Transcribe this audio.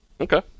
okay